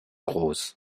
groß